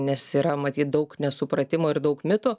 nes yra matyt daug nesupratimo ir daug mitų